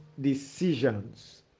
decisions